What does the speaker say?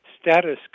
status